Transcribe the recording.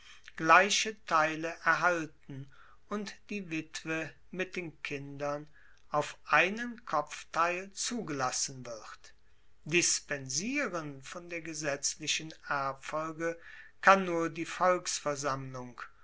gleiche teile erhalten und die witwe mit den kindern auf einen kopfteil zugelassen wird dispensieren von der gesetzlichen erbfolge kann nur die volksversammlung